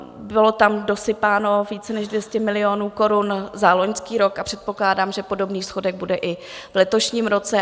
Bylo tam dosypáno více než 200 milionů korun za loňský rok a předpokládám, že podobný schodek bude i v letošním roce.